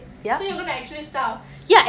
so you are going to like actually starve